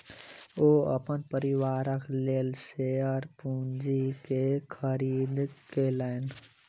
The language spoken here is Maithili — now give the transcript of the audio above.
ओ अपन परिवारक लेल शेयर पूंजी के खरीद केलैन